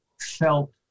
felt